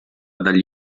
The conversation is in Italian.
dagli